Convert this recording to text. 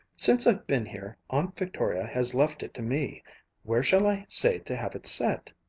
since i've been here, aunt victoria has left it to me where shall i say to have it set?